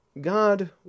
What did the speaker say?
God